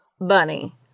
Bunny